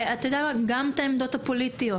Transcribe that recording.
וגם את העמדות הפוליטיות.